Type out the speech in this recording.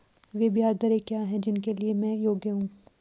वे ब्याज दरें क्या हैं जिनके लिए मैं योग्य हूँ?